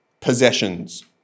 possessions